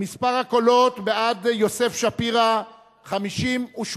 מספר הקולות בעד יוסף שפירא, 58,